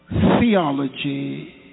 theology